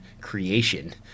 creation